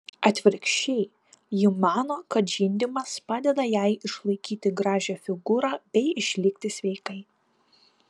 atvirkščiai ji mano kad žindymas padeda jai išlaikyti gražią figūrą bei išlikti sveikai